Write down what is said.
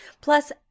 plus